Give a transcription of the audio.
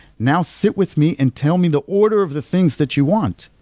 now sit with me and tell me the order of the things that you want.